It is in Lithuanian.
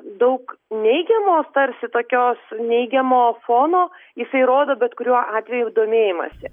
daug neigiamos tarsi tokios neigiamo fono jisai rodo bet kuriuo atveju domėjimąsi